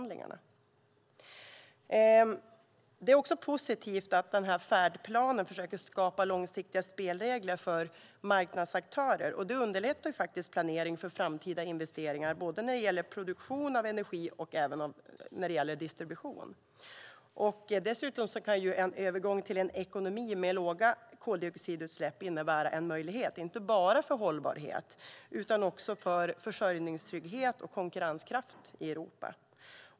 Det är också positivt att färdplanen försöker skapa långsiktiga spelregler för marknadens aktörer. Det underlättar planeringen för framtida investeringar när det gäller både produktion av energi och distribution. Dessutom kan en övergång till en ekonomi med låga koldioxidutsläpp innebära en möjlighet inte bara för hållbarhet utan också för försörjningstrygghet och konkurrenskraft i Europa.